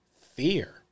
fear